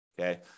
okay